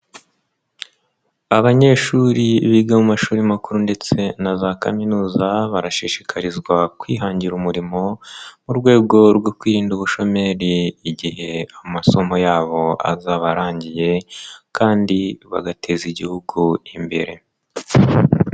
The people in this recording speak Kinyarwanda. Abanyeshuri biga mu mashuri makuru ndetse na za kaminuza barashishikarizwa kwihangira umurimo, mu rwego rwo kwirinda ubushomeri igihe amasomo yabo azaba arangiye kandi bagateza Igihugu imbere.